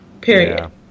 Period